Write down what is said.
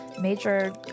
major